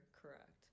correct